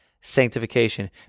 sanctification